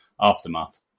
aftermath